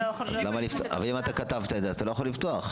אבל אם כתבת את זה אתה לא יכול לפתוח.